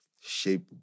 shape